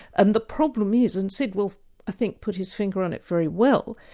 and the problem is and sid wolfe i think put his finger on it very well,